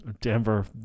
Denver